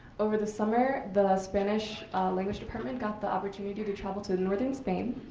over the summer, the spanish language department got the opportunity to travel to northern spain.